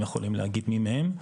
הם יכולים להגיד מי מהם,